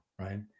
right